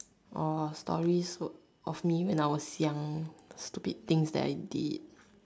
ah stories would of me when I was young stupid things that I did